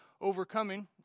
overcoming